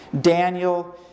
Daniel